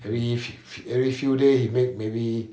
every fe~ fe~ every few day he make maybe